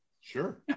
Sure